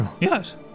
Yes